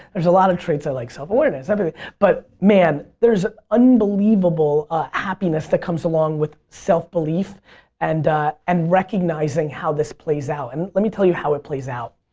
there's a lot of traits i like. self-awareness i mean but man there's unbelievable happiness that comes along with self-belief and and recognizing how this plays out. and let me tell you how this ah plays out,